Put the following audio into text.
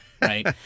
Right